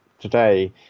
today